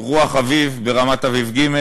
"רוח אביב" ברמת-אביב ג',